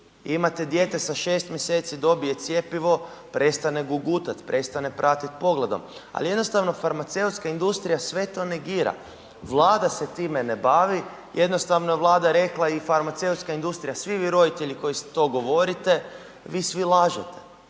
imate dijete sa 6 mj. dobije cjepivo, prestane gugutat, prestane pratit pogledom ali jednostavno farmaceutska industrija sve to negira. Vlada se time ne bavim jednostavno je Vlada rekla i farmaceutska industrija, svi vi roditelji koji to govorite, vi svi lažete,